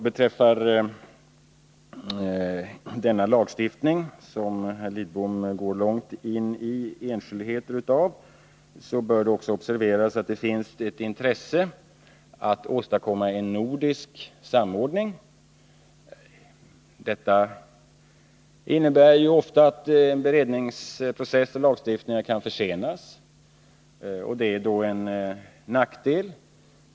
Vad gäller den lagstiftning där herr Lidbom går långt in i enskildheter, så bör man också observera att det finns ett intresse att åstadkomma en nordisk samordning. Det innebär att beredningsprocesser och lagstiftningar ofta kan försenas, och det är då en nackdel.